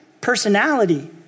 personality